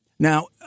Now